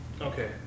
Okay